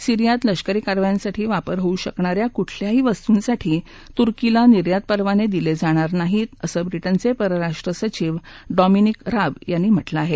सिरीयात लष्करी कारवायांसाठी वापर होऊ शकणाऱ्या कुठल्याही वस्तूंसाठी तुर्कीला निर्यात परवाने दिले जाणार नाहीत असं ब्रिटनचे परराष्ट्र सचिव डॉमिनिक राब यांनी म्हटलं आहे